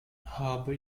habe